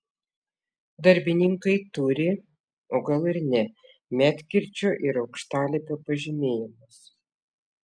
darbininkai turi o gal ir ne medkirčio ir aukštalipio pažymėjimus